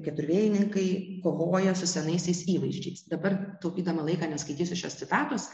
keturvėjininkai kovoja su senaisiais įvaizdžiais dabar taupydama laiką neskaitysiu šios citatos